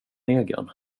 egen